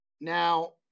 Now